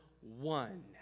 one